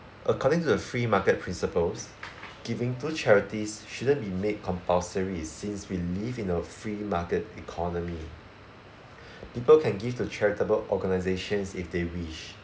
according to the free market principles giving to charities shouldn't be made compulsory since we live in a free market economy people can give to charitable organisations if they wish